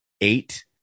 eight